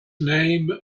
name